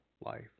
life